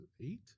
Eight